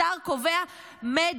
שר קובע מדיניות,